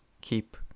keep